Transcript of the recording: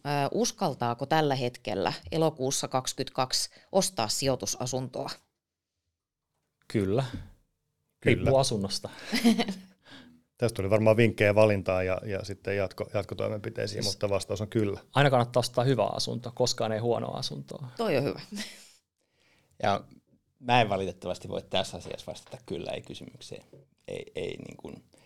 Ö, uskaltaako tällä hetkellä elokuussa 22 ostaa sijoitusasuntoa? Kyllä. Kyllä. Riippuu asunnosta. Tästä tuli varmaan vinkkejä valintaan ja- ja sitten jatko- jatkotoimenpiteisiä, Siis- mutta vastaus on kyllä. Aina kannattaa ostaa hyvä asunto, koskaan ei huonoa asuntoa. Toi on hyvä. Ja mä en valitettavasti voi tässä asiassa vastata kyllä, ei kysymykseen. Ei- ei niin kuin-